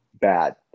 bad